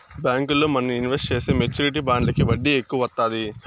బ్యాంకుల్లో మనం ఇన్వెస్ట్ చేసే మెచ్యూరిటీ బాండ్లకి వడ్డీ ఎక్కువ వత్తాది